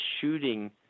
shooting